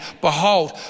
behold